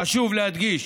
חשוב להדגיש